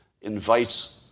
invites